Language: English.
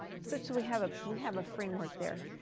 such that we have ah we have a framework there.